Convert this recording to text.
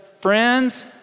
friends